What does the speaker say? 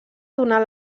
donar